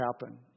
happen